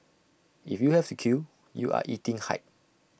if you have to queue you are eating hype